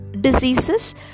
diseases